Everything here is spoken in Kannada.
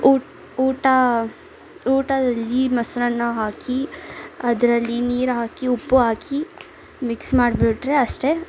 ಊಟ ಊಟ ಊಟದಲ್ಲಿ ಮೊಸರನ್ನ ಹಾಕಿ ಅದರಲ್ಲಿ ನೀರು ಹಾಕಿ ಉಪ್ಪು ಹಾಕಿ ಮಿಕ್ಸ್ ಮಾಡ್ಬಿಟ್ರೆ ಅಷ್ಟೇ